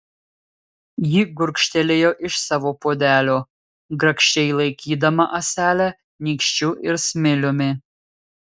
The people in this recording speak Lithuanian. ji gurkštelėjo iš savo puodelio grakščiai laikydama ąselę nykščiu ir smiliumi